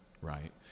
right